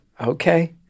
Okay